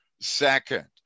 Second